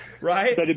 right